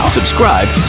subscribe